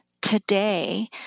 today